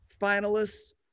finalists